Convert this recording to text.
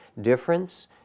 difference